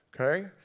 Okay